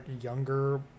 younger